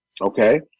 Okay